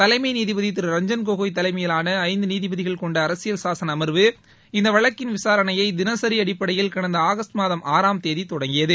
தலைமை நீதிபதி திரு ரஞ்ஜன் கோகாய் தலைமையிலான ஐந்து நீதிபதிகள் அரசியல் சாசன அமர்வு இந்த வழக்கின் விசாரணையை தினசரி அடிப்படையில் கடந்த ஆகஸ்ட் மாதம் ஆறாம் தேதி தொடங்கியது